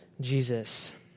Jesus